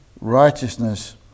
righteousness